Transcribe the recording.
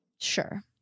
Sure